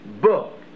book